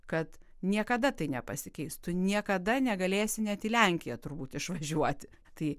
kad niekada tai nepasikeis tu niekada negalėsi net į lenkiją turbūt išvažiuoti tai